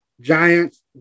Giants